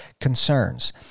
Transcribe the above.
concerns